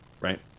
right